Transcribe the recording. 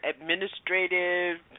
administrative